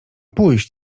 pójść